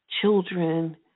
children